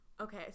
okay